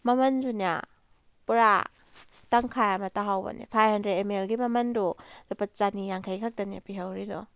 ꯃꯃꯜꯁꯨꯅꯦ ꯄꯨꯔꯥ ꯇꯪꯈꯥꯏ ꯑꯃ ꯇꯥꯍꯧꯕꯅꯤ ꯐꯥꯏꯕ ꯍꯟꯗ꯭ꯔꯦꯠ ꯑꯦꯝ ꯃꯦꯜꯒꯤ ꯃꯃꯜꯗꯣ ꯂꯨꯄꯥ ꯆꯅꯤ ꯌꯥꯡꯈꯩ ꯈꯛꯇꯅꯤ ꯄꯤꯍꯧꯔꯤꯗꯣ